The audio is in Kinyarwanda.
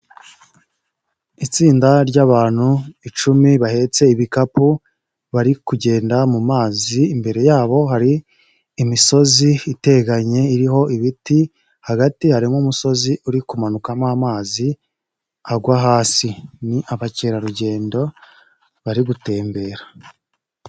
Isinda ry'abantu icumi bahetse ibikapu bari kugenda mu mazi, imbere yabo hari imisozi iteganye iriho ibiti hagati harimo umusozi uri kumanukamo amazi agwa hasi, ni abakerarugendo bari gutembera.